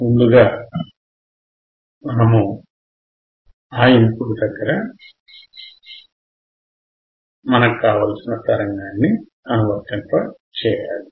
ముందుగా మనము ఆ ఇన్ పుట్ దగ్గర ఆ తరంగాన్ని అనువర్తించాలి